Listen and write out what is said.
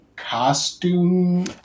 Costume